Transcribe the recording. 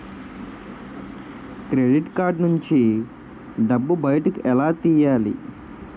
Credit card నుంచి డబ్బు బయటకు ఎలా తెయ్యలి?